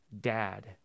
Dad